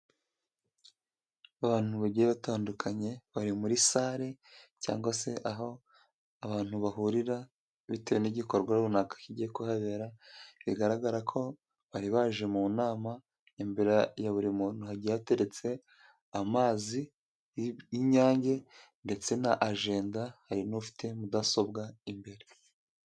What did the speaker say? Abantu bagiye batandukanye bari muri sare cyangwa se aho abantu bahurira bitewe n'igikorwa runaka kigiye kuhabera. Bigaragara ko bari baje mu nama imbere ya buri muntu hagiye hateretse amazi y'inyange ndetse na ajenda, hari n'ufite mudasobwa imbere.